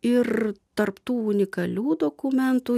ir tarp tų unikalių dokumentų